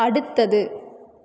அடுத்தது